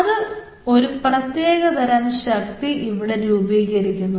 അത് ഒരു പ്രത്യേകതരം ശക്തി ഇവിടെ രൂപീകരിക്കുന്നു